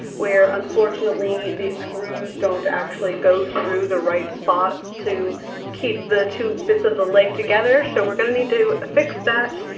where unfortunately the screws don't actually go through the right spot to keep the two bits of the leg together. so we're going to need to fix that.